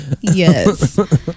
yes